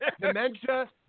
Dementia